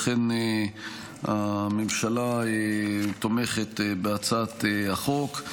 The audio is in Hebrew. לכן הממשלה תומכת בהצעת החוק.